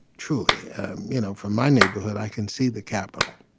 truly you know from my neighborhood i can see the capitol.